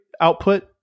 output